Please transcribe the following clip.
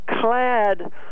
clad